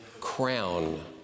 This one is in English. crown